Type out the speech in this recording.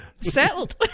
settled